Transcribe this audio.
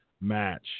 match